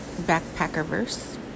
Backpackerverse